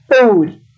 food